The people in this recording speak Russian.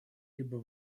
либо